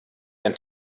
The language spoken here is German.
ein